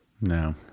No